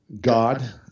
God